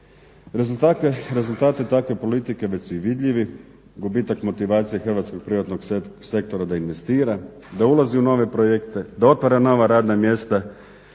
Rezultate takve politike već su i vidljivi. Gubitak motivacije hrvatskog privatnog sektora da investira, da ulazi u nove projekte, da otvara nova radna mjesta